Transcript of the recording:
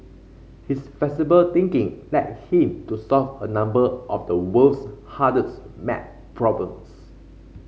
his flexible thinking led him to solve a number of the world's hardest maths problems